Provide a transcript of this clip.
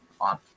on